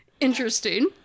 interesting